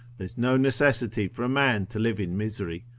there's no necessity for a man to live in misery.